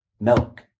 milk